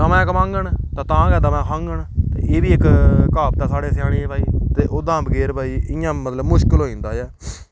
दवैं कमाङन ते तां गै दवैं खाङन ते एह् बी इक क्हावत ऐ साढ़े स्याने भाई ते ओह्दा हां बगैर भाई इ'यां मतलब मुश्कल होई जंदा ऐ